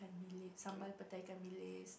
~billis sambal-petai ikan-bilis